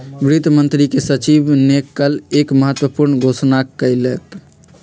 वित्त मंत्री के सचिव ने कल एक महत्वपूर्ण घोषणा कइलय